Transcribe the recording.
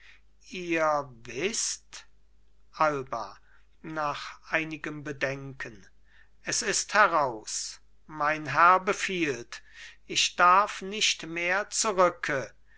ihr wißt alba nach einigem bedenken es ist heraus mein herr befiehlt ich darf nicht mehr zurücke